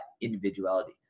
individuality